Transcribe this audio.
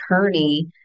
attorney